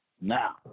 Now